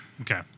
Okay